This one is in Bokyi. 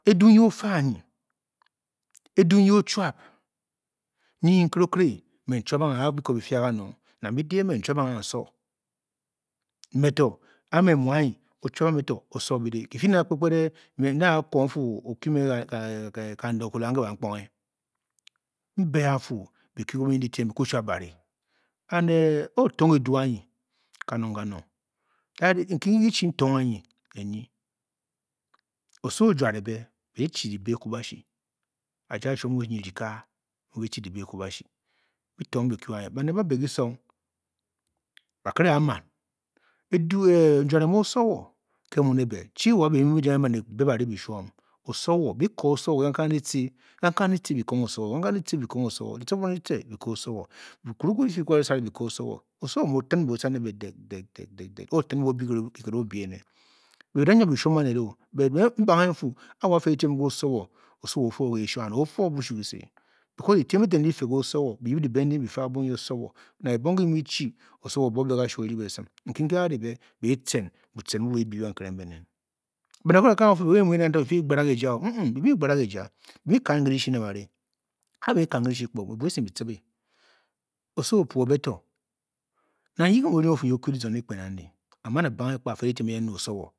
Eduu myi ofe anyi eduu nyi- o-chuab, nyi nkere okre, me n-chuab ang a, a a biko bi fu-a a ga nong. nang bídě emem n-chuabang n-so me to, ke ge mme mm u-a anyi o-chuabang mme to, o-so bídě. Ki fii nen, kpekped e, mme n daa-ko n-fuu, o-kyu me kandokola nke bankponghe m-bě a a n-fuu byi kyu ke bunyindyitiem, bi kwu chuab ba re and o-tang eduu anyi kanong-kanong that e, nki ki ki chi ntong anyi ne nyi. Oso o-juare be, be-clu dyíbě ekwubashi, ajie aa-shuum onyiraka. Mu byi-chi dyi be ekwubashi, byitong byi kyu anyi. Bánèd ba-be disong, bakírè aa-maan njuare mu osowo ke mu nè bě, chi wa be mu jang e-be ba-re byi shuom, osowo, byi o-o osowo kankang ditce, kankang ditce bi ko-o osowo, kankang ditce byikoo osowo, ditcifiring ditce di tce bi ko osowo dikuruku dyifii, byi kwu ba ri sárè byi ko òsowo, osowo muu o-tin bě o-tca ne be deg deg deg deg o-tin be o-bii kiked o-bii énè. be bi daa nyid ing bi shuom baned o, bot m-bàngě n-fuu, ke wo a-fe dyitiem ke òsowo, osowo o-fe o e shuan, o-fe o bushuu ki se bikos dyitiem ndi ten ndi byi-fe ke osowo, byi yip dyibe din byi-fe ke abuo nyi osowo, nang ebong ngi byi muu byiechi, osowo o-buop be kashuu, o-ri bě esim, kinki a-ri bě by̌i tcen butcen mbu be i bii bankere mbe nen Baned ba kirè ba ka bang ba-fuu be mbe byi muu nyin kantig, byi-fii byi gbarag ejia o, nm-nm, byi muu bi gbarag ejia, byi muu byi kaan ke-dyishyi be bare, a a be e kan ke dyishyi kpog, byi bua esim byi tcibe, osowo o-puo be to, nang ye ge mu’o orung o-fuu nyi o-kyu dizong dyikpen andi, a-man a banghe kpa a-fe dyitiem ke osowo